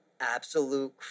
absolute